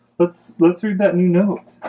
let's let's read that note